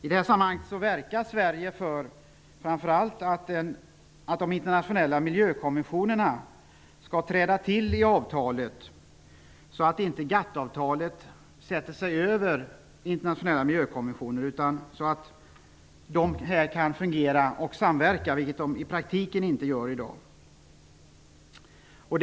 I detta sammanhang verkar Sverige framför allt för att de internationella miljökonventionerna skall tas in i avtalet, så att GATT-avtalet inte bryter mot internationella miljökonventioner utan i stället samverkar med dessa, vilket i praktiken inte är fallet i dag.